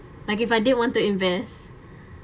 like if I did want to invest